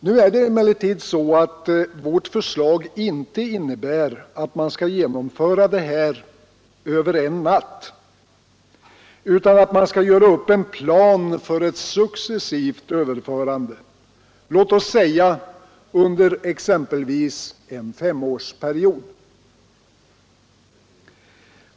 Nu är det emellertid så att vårt förslag inte innebär att man skall genomföra detta över en natt utan att man skall göra upp en plan för ett successivt överförande, låt oss säga under exempelvis en femårsperiod.